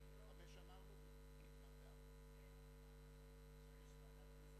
אושרה, בצירוף קולו של